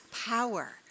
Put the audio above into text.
power